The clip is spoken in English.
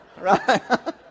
Right